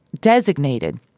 designated